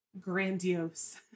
grandiose